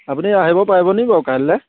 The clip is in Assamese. আপুনি আহিব পাৰিব নি বাৰু কাইলৈ